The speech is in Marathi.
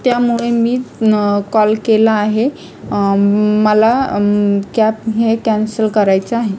त्यामुळे मी न कॉल केला आहे मला कॅप हे कॅन्सल करायचं आहे